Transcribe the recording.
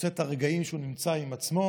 רוצה את הרגעים שהוא נמצא עם עצמו.